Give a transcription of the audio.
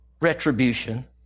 retribution